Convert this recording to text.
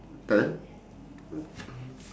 tak ke